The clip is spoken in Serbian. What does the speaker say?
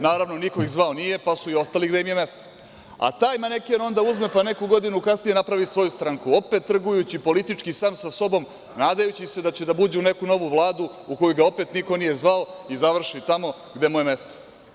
Naravno, niko ih zvao nije, pa su ostali gde im je mesto, a taj maneken onda uzme pa neku godinu kasnije napravi svoju stranku, opet trgujući politički sam sa sobom nadajući se da će da uđe u neku novu Vladu, u koju ga opet niko nije zvao i završi tamo gde mu je mesto.